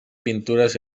pintures